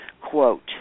quote